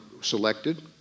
selected